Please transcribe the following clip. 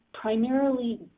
primarily